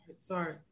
sorry